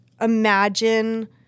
imagine